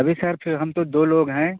ابھی سر پھر ہم تو دو لوگ ہیں